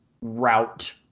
route